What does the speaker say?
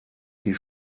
die